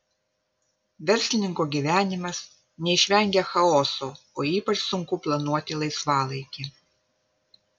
verslininko gyvenimas neišvengia chaoso o ypač sunku planuoti laisvalaikį